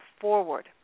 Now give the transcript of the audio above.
forward